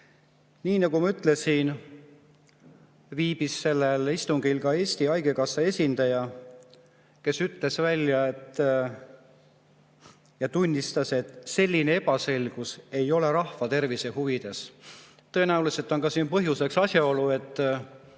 Nii nagu ma ütlesin, viibis sellel istungil ka Eesti Haigekassa esindaja, kes ütles välja ja tunnistas, et selline ebaselgus ei ole rahvatervise huvides. Tõenäoliselt on siin põhjuseks ka asjaolu, et